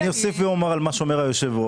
אני אוסיף ואומר על מה שאומר היושב-ראש.